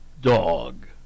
dog